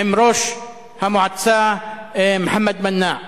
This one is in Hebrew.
עם ראש המועצה מוחמד מנאע?